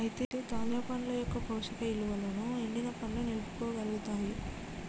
అయితే తాజా పండ్ల యొక్క పోషక ఇలువలను ఎండిన పండ్లు నిలుపుకోగలుగుతాయి